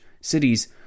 cities